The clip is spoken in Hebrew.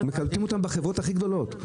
מקבלים אותן בחברות הכי גדולות.